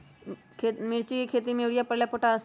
मिर्ची के खेती में यूरिया परेला या पोटाश?